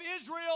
Israel